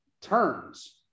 turns